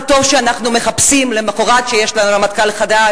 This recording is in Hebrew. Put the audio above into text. זה טוב שאנחנו מחפשים למחרת היום שיש לנו בו רמטכ"ל חדש,